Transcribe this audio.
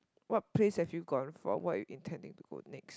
what place have you gone for what you intend to go next